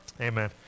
Amen